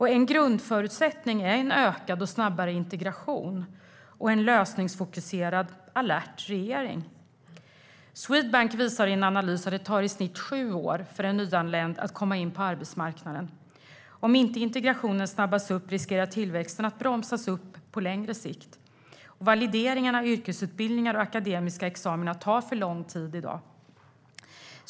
En grundförutsättning är en ökad och snabbare integration och en lösningsfokuserad, alert regering. Swedbank visar i en analys att det tar i snitt sju år för en nyanländ att komma in på arbetsmarknaden. Om inte integrationen snabbas upp riskerar tillväxten att bromsas upp på längre sikt. Validering av yrkesutbildningar och akademiska examina tar för lång tid i dag.